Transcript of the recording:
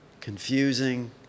confusing